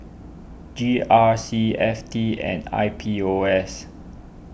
G R C F T and I P U S